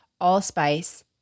allspice